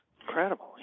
incredible